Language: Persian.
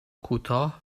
کوتاه